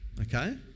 Okay